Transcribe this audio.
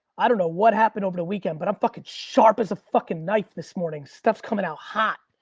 i dunno what happened over the weekend, but i'm fucking sharp as a fucking knife this morning, stuffs coming out hot.